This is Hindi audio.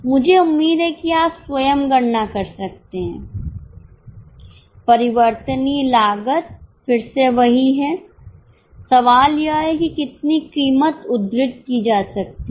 मुझे उम्मीद है कि आप स्वयं गणना कर सकते हैं परिवर्तनीय लागत फिर से वही हैं सवाल यह है कि कितनी कीमत उद्धृत की जा सकती है